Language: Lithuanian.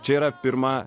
čia yra pirma